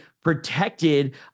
protected